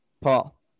Paul